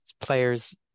players